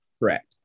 Correct